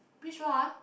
which floor ah